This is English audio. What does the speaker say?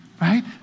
Right